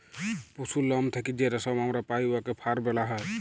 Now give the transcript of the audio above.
পশুর লম থ্যাইকে যে রেশম আমরা পাই উয়াকে ফার ব্যলা হ্যয়